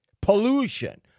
Pollution